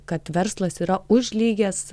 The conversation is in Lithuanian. kad verslas yra už lygias